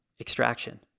extraction